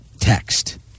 text